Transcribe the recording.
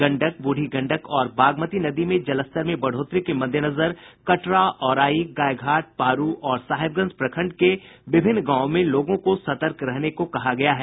गंडक बूढ़ी गंडक और बागमती नदी में जलस्तर में बढ़ोतरी के मद्देनजर कटरा औराई गायघाट पारू और साहेबगंज प्रखंड के विभिन्न गांवों में लोगों को सतर्क रहने को कहा गया है